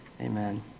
Amen